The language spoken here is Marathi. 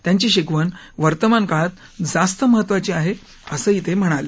त्यांची शिकवण वर्तमान काळात जास्त महत्त्वाची आहे असं ही ते म्हणाले